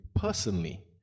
personally